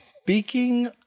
Speaking